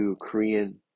Korean